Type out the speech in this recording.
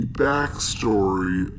backstory